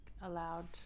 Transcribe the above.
Allowed